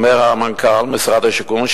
אומר מנכ"ל משרד השיכון,